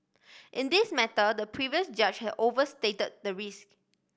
in this matter the previous judge have overstate the risk